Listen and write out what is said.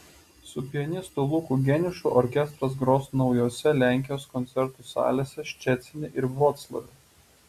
su pianistu luku geniušu orkestras gros naujose lenkijos koncertų salėse ščecine ir vroclave